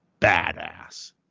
badass